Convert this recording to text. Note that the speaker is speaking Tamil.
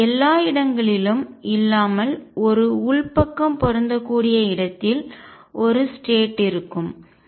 பின்னர் எல்லா இடங்களிலும் இல்லாமல் ஒரு உள்பக்கம் பொருந்தக்கூடிய இடத்தில் ஒரு ஸ்டேட் நிலை இருக்கும்